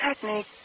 technique